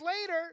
later